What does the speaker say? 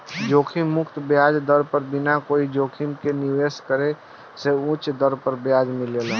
जोखिम मुक्त ब्याज दर पर बिना कोई जोखिम के निवेश करे से उच दर पर ब्याज मिलेला